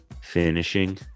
finishing